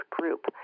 group